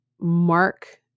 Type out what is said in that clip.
mark